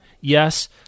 Yes